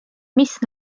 mis